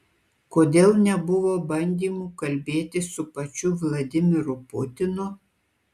kodėl nebuvo bandymų kalbėti su pačiu vladimiru putinu